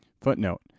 Footnote